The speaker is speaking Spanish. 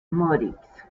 moritz